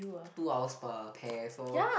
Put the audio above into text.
two hours per pair so